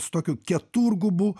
su tokiu keturgubu